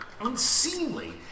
unseemly